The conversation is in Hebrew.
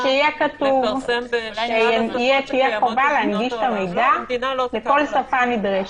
אז שיהיה כתוב שתהיה חובה להנגיש את המידע בכל שפה נדרשת.